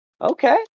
Okay